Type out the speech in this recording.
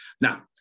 Now